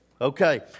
Okay